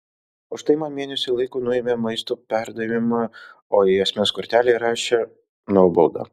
už tai man mėnesiui laiko nuėmė maisto perdavimą o į asmens kortelę įrašė nuobaudą